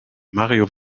mario